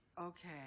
Okay